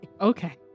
Okay